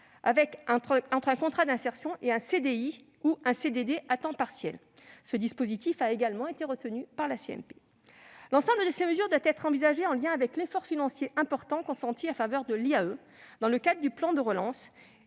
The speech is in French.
entre un contrat d'insertion et un CDI ou un CDD à temps partiel. Ce dispositif a également été retenu par la commission mixte paritaire. L'ensemble de ces mesures doit être envisagé en lien avec l'effort financier important consenti en faveur de l'IAE dans le cadre du plan de relance